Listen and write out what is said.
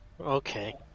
Okay